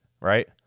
right